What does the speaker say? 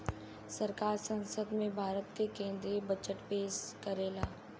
सरकार संसद में भारत के केद्रीय बजट पेस करेला